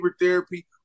therapy